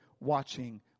watching